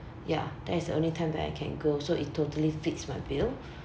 ya that is only time that I can go so it totally fits my bill